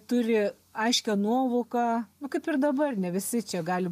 turi aiškią nuovoką kaip ir dabar ne visi čia gali